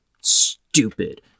stupid